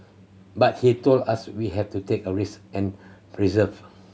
but he told us we have to take a risk and persevere